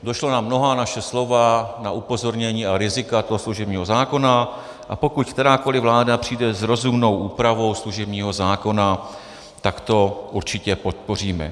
Došlo na mnohá naše slova, na upozornění a rizika toho služebního zákona, a pokud kterákoli vláda přijde s rozumnou úpravou služebního zákona, tak to určitě podpoříme.